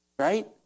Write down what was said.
Right